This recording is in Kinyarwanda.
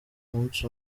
umunsi